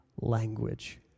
language